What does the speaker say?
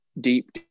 deep